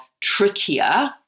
trickier